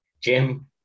Jim